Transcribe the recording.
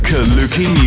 Kaluki